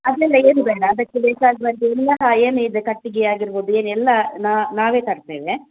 ಅದೆಲ್ಲ ಏನೂ ಬೇಡ ಅದಕ್ಕೆ ಬೇಕಾಗುವಂಥ ಎಲ್ಲ ಏನಿದೆ ಕಟ್ಟಿಗೆ ಆಗಿರ್ಬೋದು ಎಲ್ಲ ನಾವೇ ತರ್ತೇವೆ